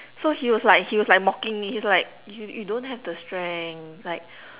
so he was like he was like mocking me he's like you you don't have the strength like